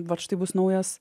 vat štai bus naujas